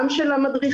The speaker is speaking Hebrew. גם של המדריכים,